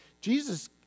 Jesus